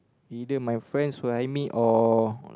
either my friends who I meet or